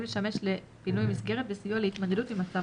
לשמש לפינוי מסגרת וסיוע להתמודדות עם מצב